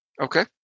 Okay